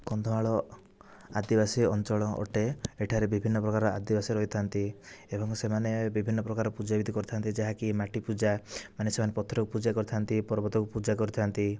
କନ୍ଧମାଳ ଆଦିବାସୀ ଅଞ୍ଚଳ ଅଟେ ଏଠାରେ ବିଭିନ୍ନପ୍ରକାରର ଆଦିବାସୀ ରହିଥାନ୍ତି ଏବଂ ସେମାନେ ବିଭିନ୍ନପ୍ରକାରର ପୂଜା ବିଧି କରିଥାନ୍ତି ଯାହାକି ମାଟି ପୂଜା ମାନେ ସେମାନେ ପଥରକୁ ପୂଜା କରିଥାନ୍ତି ପର୍ବତକୁ ପୂଜା କରିଥାନ୍ତି